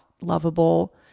lovable